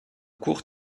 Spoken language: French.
court